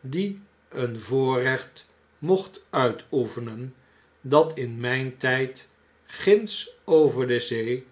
die een voorrecht mocht uitoefenen dat in mijn tijd ginds over de zee